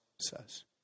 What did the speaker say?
Says